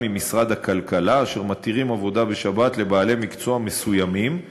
ממשרד הכלכלה אשר מתירים עבודה בשבת לבעלי מקצוע מסוימים,